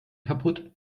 kaputt